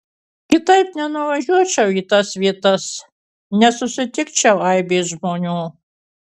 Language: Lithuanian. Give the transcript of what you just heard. kitaip nenuvažiuočiau į tas vietas nesusitikčiau aibės žmonių